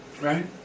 Right